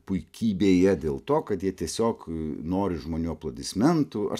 puikybėje dėl to kad jie tiesiog nori žmonių aplodismentų aš